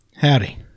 Howdy